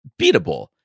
beatable